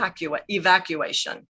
evacuation